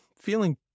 feeling